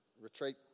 retreat